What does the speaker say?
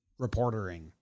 reportering